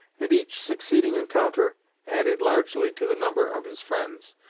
and each succeeding encounter added largely to the number of his friends,